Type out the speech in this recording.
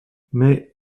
mais